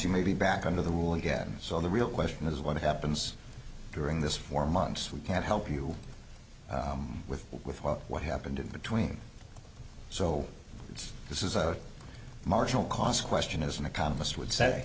you may be back under the rule again so the real question is what happens during this four months we can't help you with with what happened in between so this is a marginal cost question as an economist would say